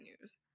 news